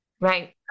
Right